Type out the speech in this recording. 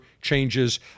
changes